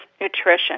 nutrition